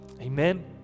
Amen